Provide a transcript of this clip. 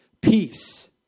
peace